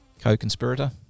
co-conspirator